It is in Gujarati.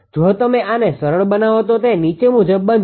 જો તમે આને સરળ બનાવો તો તે નીચે મુજબ બનશે